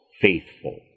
faithful